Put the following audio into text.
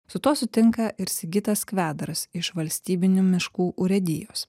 su tuo sutinka ir sigitas kvedaras iš valstybinių miškų urėdijos